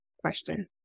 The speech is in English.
question